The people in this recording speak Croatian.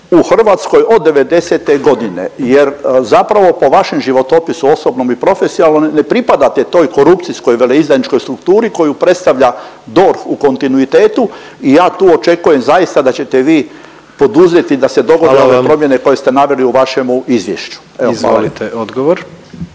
u Hrvatskoj od '90.-te godine jer zapravo po vašem životopisu osobnom i profesionalnom ne pripadate toj korupcijskoj veleizdajničkoj strukturi koju predstavlja DORH u kontinuitetu i ja tu očekujem zaista da ćete vi poduzeti da se dogode ove … …/Upadica predsjednik: Hvala vam./… … promjene koje